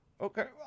Okay